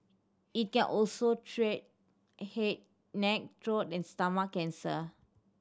it can also treat head neck throat and stomach cancer